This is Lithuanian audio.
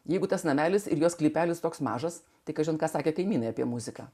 jeigu tas namelis ir jo sklypelis toks mažas tik kažin kas sakė kaimynai apie muziką